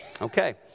Okay